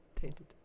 Tainted